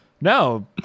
no